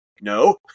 no